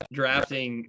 drafting